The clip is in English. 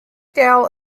dell